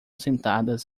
sentadas